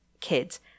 kids